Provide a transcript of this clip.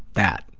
that,